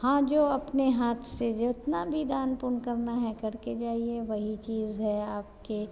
हाँ जो अपने हाथ से जितना भी दान पुण्य करना है करके जाइए वही चीज़ है आपके